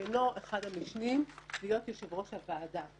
שאינו אחד המשנים להיות יושב ראש הוועדה.